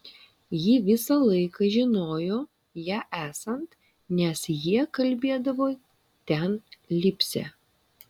ji visą laiką žinojo ją esant nes jie kalbėdavo ten lipsią